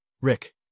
Rick